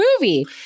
movie